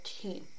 team